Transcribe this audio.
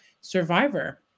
Survivor